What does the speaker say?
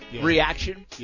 Reaction